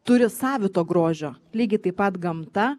turi savito grožio lygiai taip pat gamta